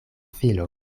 filo